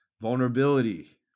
vulnerability